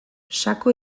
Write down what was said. sako